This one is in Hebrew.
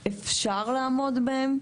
אפשר לעמוד בהן,